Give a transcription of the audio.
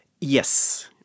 Yes